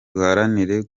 duharanire